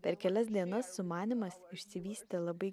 per kelias dienas sumanymas išsivystė labai